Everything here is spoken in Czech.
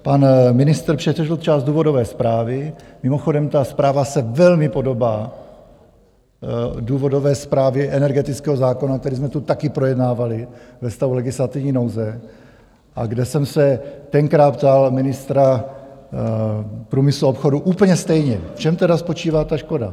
Pan ministr přečetl část důvodové zprávy, mimochodem ta zpráva se velmi podobá důvodové zprávě energetického zákona, který jsme tu taky projednávali ve stavu legislativní nouze a kde jsem se tenkrát ptal ministra průmyslu a obchodu úplně stejně, v čem tedy spočívá ta škoda.